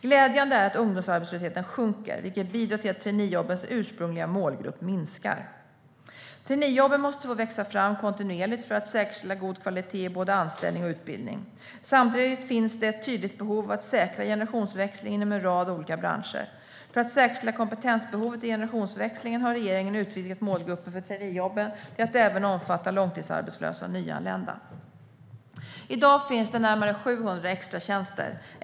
Glädjande är att ungdomsarbetslösheten sjunker, vilket bidrar till att traineejobbens ursprungliga målgrupp minskar. Traineejobben måste få växa fram kontinuerligt för att säkerställa god kvalitet i både anställning och utbildning. Samtidigt finns det ett tydligt behov av att säkra generationsväxlingen inom en rad olika branscher. För att säkerställa kompetensbehovet i generationsväxlingen har regeringen utvidgat målgruppen för traineejobben till att även omfatta långtidsarbetslösa och nyanlända. I dag finns det närmare 700 extratjänster.